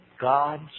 God